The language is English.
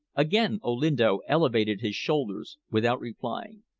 again olinto elevated his shoulders, without replying.